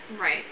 Right